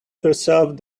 herself